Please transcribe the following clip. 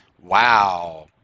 wow